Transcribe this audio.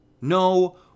No